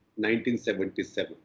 1977